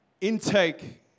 intake